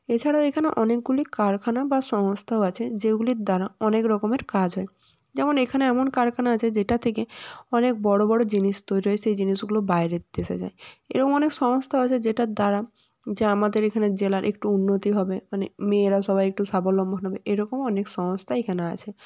এছাড়াও এখানে অনেকগুলি কারখানা বা সংস্থাও আছে যেগুলির দ্বারা অনেক রকমের কাজ হয় যেমন এখানে এমন কারখানা আছে যেটা থেকে অনেক বড়ো বড়ো জিনিস তৈরি হয় সেই জিনিসগুলো বাইরের দেশে যায় এরম অনেক সংস্থা আছে যেটার দ্বারা যে আমাদের এখানের জেলার একটু উন্নতি হবে মানে মেয়েরা সবাই একটু স্বাবলম্বন হবে এরকমও অনেক সংস্থা এখানে আছে